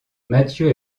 mathieu